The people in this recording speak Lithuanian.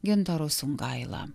gintaru sungaila